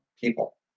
people